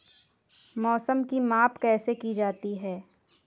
मौसम की माप कैसे की जाती है?